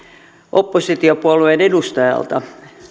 oppositiopuolueen edustajalta